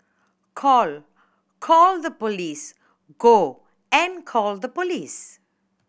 call call the police go and call the police